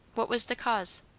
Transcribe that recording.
what was the cause?